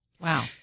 Wow